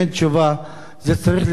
זה צריך להירשם בפרוטוקול,